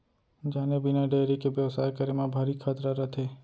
जाने बिना डेयरी के बेवसाय करे म भारी खतरा रथे